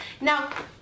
Now